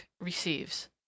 receives